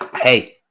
Hey